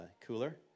cooler